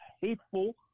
hateful